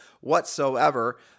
whatsoever